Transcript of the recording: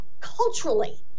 culturally